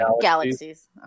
galaxies